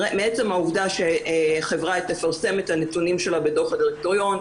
מעצם העובדה שחברה תפרסם את הנתונים שלה בדוח הדירקטוריון,